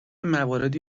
مواردی